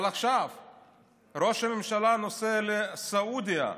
אבל עכשיו ראש הממשלה נוסע לסעודיה,